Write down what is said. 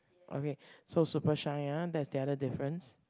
okay so super shy ah that's the other difference